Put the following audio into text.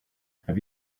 have